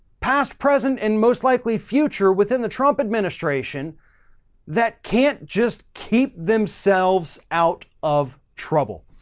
past, present and most likely future, within the trump administration that can't just keep themselves out of trouble.